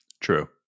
True